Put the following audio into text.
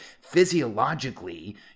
Physiologically